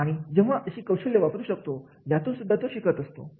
आणि जेव्हा ही अशी कौशल्ये वापरू शकतो यातून सुद्धा तो शिकत असतो